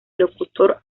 locutor